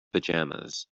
pajamas